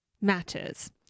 matters